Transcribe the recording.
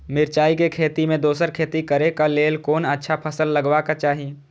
मिरचाई के खेती मे दोसर खेती करे क लेल कोन अच्छा फसल लगवाक चाहिँ?